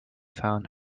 found